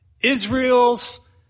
Israel's